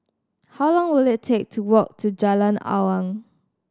how long will it take to walk to Jalan Awang